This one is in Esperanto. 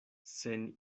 sen